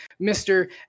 Mr